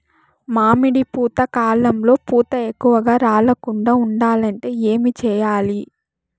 మామిడి పూత కాలంలో పూత ఎక్కువగా రాలకుండా ఉండాలంటే ఏమి చెయ్యాలి?